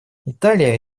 италия